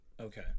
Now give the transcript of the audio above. Okay